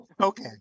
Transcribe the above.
Okay